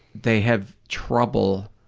they have trouble